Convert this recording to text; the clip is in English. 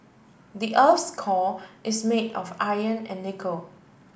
the earth's core is made of iron and nickel